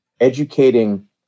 educating